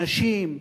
אנשים,